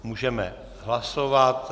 Můžeme hlasovat.